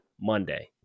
Monday